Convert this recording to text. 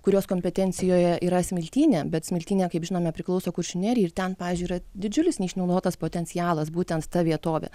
kurios kompetencijoje yra smiltynė bet smiltynė kaip žinome priklauso kuršių nerijai ir ten pavyzdžiui yra didžiulis neišnaudotas potencialas būtent ta vietovė